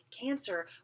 cancer